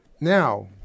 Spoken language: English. now